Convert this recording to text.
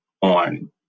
on